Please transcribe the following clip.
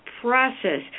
process